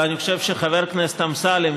ואני חושב שחבר הכנסת אמסלם,